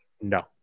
No